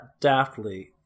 daftly